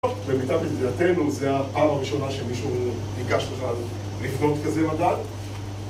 למיטב ידיעתינו זה הפעם הראשונה שמישהו ניגש לך לבנות כזה מדע